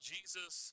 Jesus